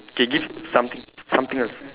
K give something something else